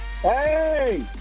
Hey